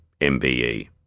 MBE